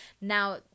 Now